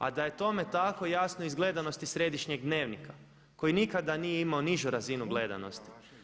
A da je tome tako jasno je iz gledanosti središnjeg dnevnika koji nikada nije imao nižu razinu gledanosti.